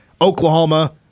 Oklahoma